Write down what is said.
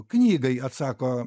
knygai atsako